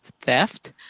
theft